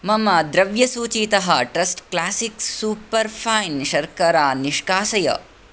मम द्रव्यसूचीतः trust classic superfine शर्करा निष्कासय